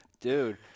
Dude